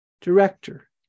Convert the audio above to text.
Director